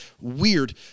weird